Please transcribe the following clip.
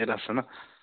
ইয়াতে আছে ন